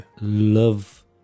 love